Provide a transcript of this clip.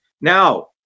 Now